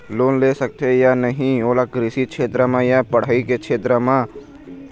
Loan ले सकथे या नहीं ओला कृषि क्षेत्र मा या पढ़ई के क्षेत्र मा?